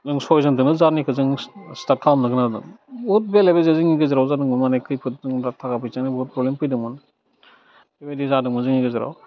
जों सयजनजोंनो जारनिखौ जों स्टार्ट खालामनो गोनां जादों बहुथ बेले बेजे जोंनि गेजेराव जादोंमोन माने खैफोद जों थाखा फैसानि बहुथ प्रब्लेम फैदोंमोन बेबादि जादोंमोन जोंनि गेजेराव